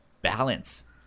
balance